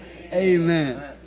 Amen